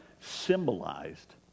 symbolized